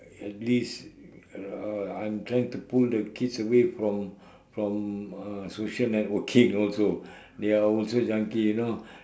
at least uh I'm trying to pull the kids away from from uh social networking also they are also junkie you know